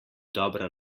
dobra